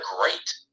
great